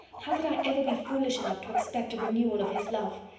how could i ever be foolish enough to expect a renewal of his love?